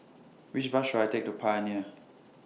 Which Bus should I Take to Pioneer